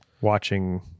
watching